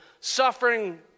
suffering